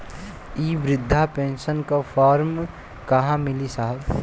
इ बृधा पेनसन का फर्म कहाँ मिली साहब?